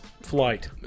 flight